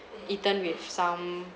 eaten with some